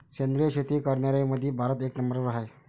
सेंद्रिय शेती करनाऱ्याईमंधी भारत एक नंबरवर हाय